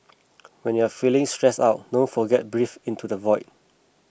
when you are feeling stressed out don't forget breathe into the void